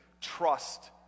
trust